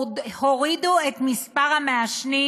הורידו את שיעור המעשנים